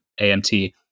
AMT